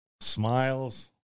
Smiles